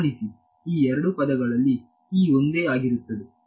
ಗಮನಿಸಿ ಈ ಎರಡೂ ಪದಗಳಲ್ಲಿ E ಒಂದೇ ಆಗಿರುತ್ತದೆ